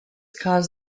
caused